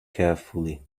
carefully